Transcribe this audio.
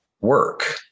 work